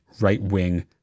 right-wing